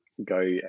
go